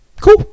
Cool